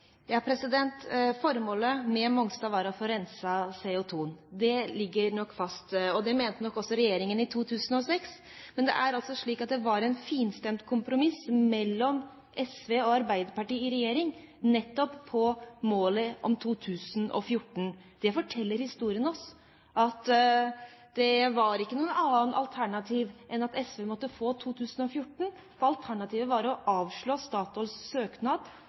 Formålet med Mongstad var å få CO2-rensing. Det ligger nok fast, og det mente nok også regjeringen i 2006, men det er altså slik at det var et finstemt kompromiss mellom SV og Arbeiderpartiet i regjering nettopp om målet om 2014. Det forteller historien oss, at det var ikke noe annet alternativ enn at SV måtte få 2014, for alternativet var å avslå Statoils søknad